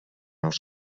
els